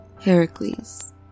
Heracles